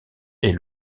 est